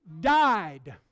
died